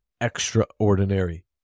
extraordinary